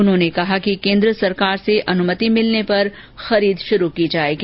उन्होंने कहा कि केन्द्र सरकार से अनुमति मिलने पर खरीद शुरू की जाएगी